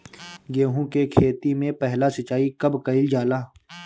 गेहू के खेती मे पहला सिंचाई कब कईल जाला?